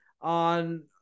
on